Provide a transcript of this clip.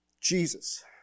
Jesus